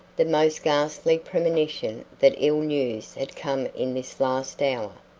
the most ghastly premonition that ill-news had come in this last hour.